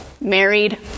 married